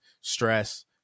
stress